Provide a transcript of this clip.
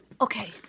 Okay